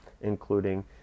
including